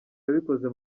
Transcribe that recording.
yabikoze